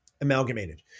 amalgamated